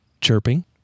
chirping